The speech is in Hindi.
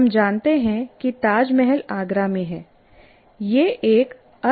हम जानते हैं कि ताजमहल आगरा में है यह एक अर्थपूर्ण स्मृति है